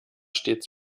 stets